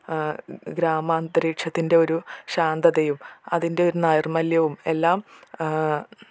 ഗ്രാമാന്തരീക്ഷത്തിൻ്റെ ഒരു ശാന്തതയും അതിൻ്റെ നൈർമല്യവും എല്ലാം